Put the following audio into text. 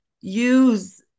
use